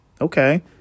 okay